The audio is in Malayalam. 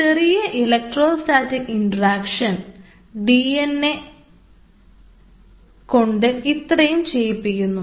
ഒരു ചെറിയ ഇലക്ട്രോ സ്റ്റാറ്റിക് ഇൻറക്ഷൻ ഡിഎൻഎ കൊണ്ട് ഇത്രയും ചെയ്യിപ്പിക്കുന്നു